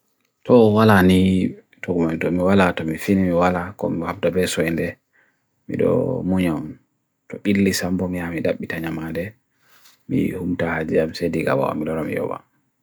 To wala ni togumun tomi wala, tomi fini wala, komi hapto beso nde, mido munion, to pilli sambumi amidap bitanyam ade, mi humta haji yam sedi gawa amidoram yoba.